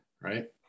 right